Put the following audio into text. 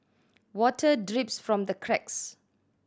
water drips from the cracks